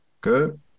good